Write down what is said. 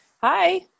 Hi